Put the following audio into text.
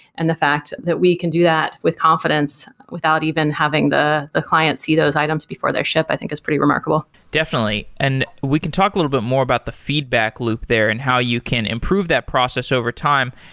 and the fact that we can do that with confidence without even having the the client see those items before their ship, i think is pretty remarkable definitely. and we can talk a little bit more about the feedback loop there and how you can improve that process over time.